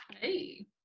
Hey